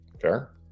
Fair